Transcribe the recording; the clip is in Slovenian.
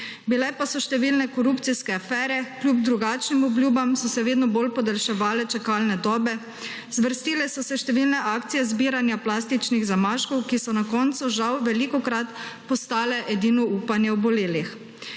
Bile pa so številne korupcijske afere, kljub drugačnim obljubam so se vedno bolj podaljševale čakalne dobe, zvrstile so se številne akcije zbiranja plastičnih zamaškov, ki so na koncu žal velikokrat postale edino upanje obolelih.